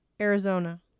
Arizona